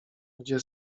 gdzie